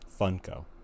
funko